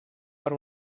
per